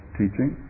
teaching